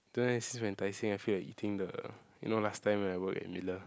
don't know eh since we are in Tai-Seng I feel like eating the you know last time when I work at Miller